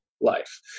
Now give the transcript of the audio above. life